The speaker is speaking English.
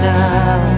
now